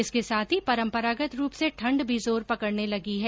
इसके साथ ही परंपरागत रूप से ठंड भी जोर पकडने लगी है